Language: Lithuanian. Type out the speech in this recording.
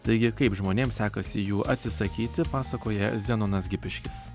taigi kaip žmonėm sekasi jų atsisakyti pasakoja zenonas gipiškis